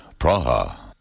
Praha